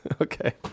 Okay